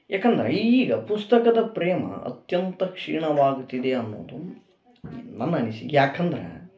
ಏಕಂದ್ರೆ ಈಗ ಪುಸ್ತಕದ ಪ್ರೇಮ ಅತ್ಯಂತ ಕ್ಷೀಣವಾಗುತ್ತಿದೆ ಅನ್ನುವುದು ನನ್ನ ಅನಿಸಿಕೆ ಯಾಕಂದ್ರೆ